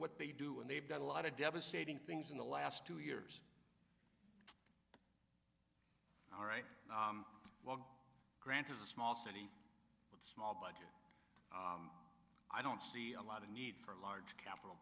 what they do and they've done a lot of devastating things in the last two years all right granted a small city with small budgets i don't see a lot of need for a large capital